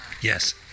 Yes